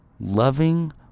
Loving